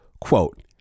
Quote